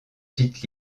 tite